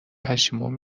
پشیمون